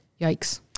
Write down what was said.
Yikes